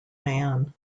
man